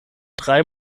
drei